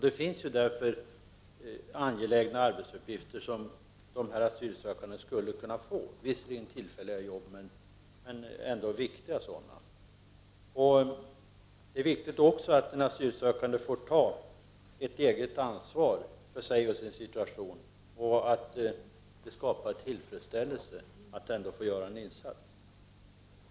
Det finns därför angelägna arbetsuppgifter som asylsökande skulle kunna få, visserligen tillfälliga arbeten men viktiga sådana. Det är viktigt också att en asylsökande får ta eget ansvar för sig och sin situation. Det skapar tillfredsställelse att få göra en insats.